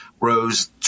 rose